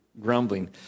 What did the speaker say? grumbling